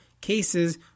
cases